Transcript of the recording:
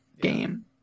game